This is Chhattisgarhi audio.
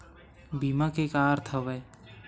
बीमा के का अर्थ हवय?